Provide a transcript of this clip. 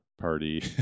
party